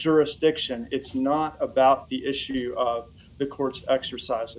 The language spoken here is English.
jurisdiction it's not about the issue of the court's exercise